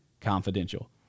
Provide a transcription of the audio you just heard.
confidential